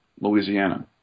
Louisiana